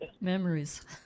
Memories